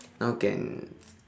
now can